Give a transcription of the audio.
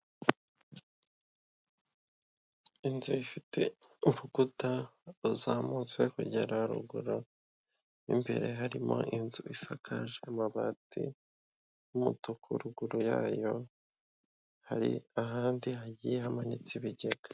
Inzu ifite urukuta ruzamutse kugera ruguru, imbere harimo inzu isakaje amabati y'umutuku, ruguru yayo hari ahandi hagiye hamanitse ibigega.